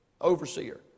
Overseer